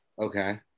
Okay